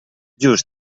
just